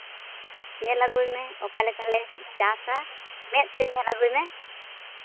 ᱧᱮᱞ ᱟᱹᱜᱩᱭ ᱢᱮ ᱚᱠᱟ ᱞᱮᱠᱟᱞᱮ ᱪᱟᱥᱟ ᱢᱮᱫ ᱛᱮ ᱧᱮᱞ ᱟᱹᱜᱩᱭ ᱢᱮ